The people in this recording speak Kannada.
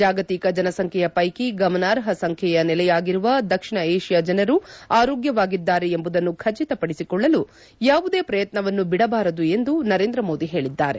ಜಾಗತಿಕ ಜನಸಂಖ್ಣೆಯ ಪೈಕಿ ಗಮನಾರ್ಹ ಸಂಖ್ಣೆಯ ನೆಲೆಯಾಗಿರುವ ದಕ್ಷಿಣ ಏಷ್ಯಾ ಜನರು ಆರೋಗ್ಟವಾಗಿದ್ದಾರೆ ಎಂಬುದನ್ನು ಖಚಿತಪಡಿಸಿಕೊಳ್ಳಲು ಯಾವುದೇ ಪ್ರಯತ್ನವನ್ನು ಬಿಡಬಾರದು ಎಂದು ನರೇಂದ್ರ ಮೋದಿ ಹೇಳಿದ್ದಾರೆ